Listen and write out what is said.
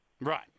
Right